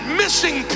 missing